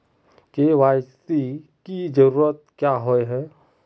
KYC की जरूरत क्याँ होय है?